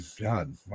god